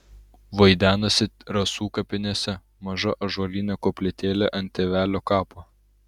vaidenasi rasų kapinėse maža ąžuolinė koplytėlė ant tėvelio kapo